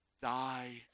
die